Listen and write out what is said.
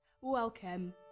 Welcome